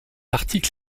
article